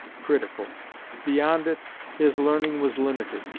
critical beyond it his learning was limited.